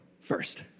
first